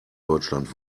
deutschland